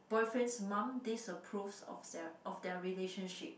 boyfriend's mum disapproves of their of their relationship